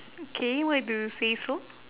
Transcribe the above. okay why do you say so